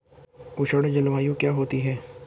उष्ण जलवायु क्या होती है?